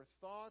thoughts